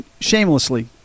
shamelessly